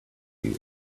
you